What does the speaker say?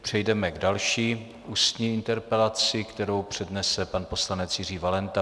Přejdeme k další ústní interpelaci, kterou přednese pan poslanec Jiří Valenta.